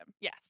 yes